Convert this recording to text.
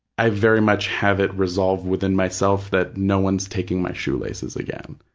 i very much have it resolved within myself that no one's taking my shoelaces again.